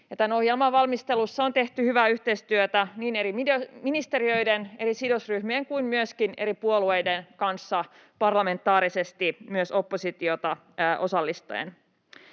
Tämän ohjelman valmistelussa on tehty hyvää yhteistyötä niin eri ministeriöiden, eri sidosryhmien kuin myöskin eri puolueiden kanssa parlamentaarisesti myös oppositiota osallistaen.